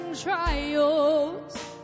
trials